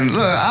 Look